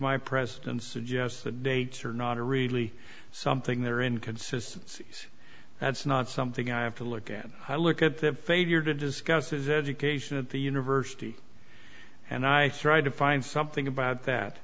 my president suggests the dates are not really something they're in consistencies that's not something i have to look at i look at the failure to discuss is education at the university and i tried to find something about that